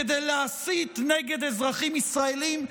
כדי להסית נגד אזרחים ישראלים.